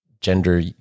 Gender